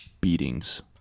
Beatings